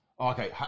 Okay